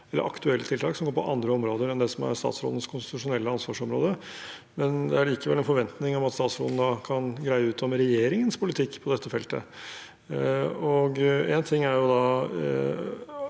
mange aktuelle tiltak her som går på andre om råder enn det som er statsrådens konstitusjonelle ansvarsområde, men det er likevel en forventning om at statsråden kan greie ut om regjeringens politikk på dette feltet. Én ting er